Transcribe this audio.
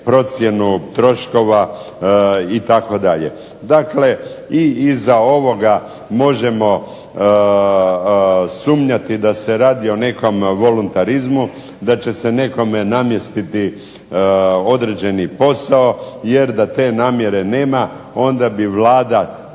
procjenu troškova itd. Dakle, i iza ovoga možemo sumnjati da se radi o nekom voluntarizmu, da će se nekome namjestiti određeni posao, jer da te namjere nema onda bi Vlada